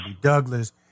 Douglas